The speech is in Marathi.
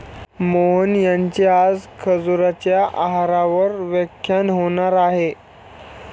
मोहन यांचे आज खजुराच्या आहारावर व्याख्यान होणार आहे